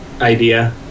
idea